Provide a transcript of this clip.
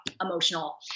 emotional